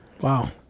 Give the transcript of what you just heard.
wow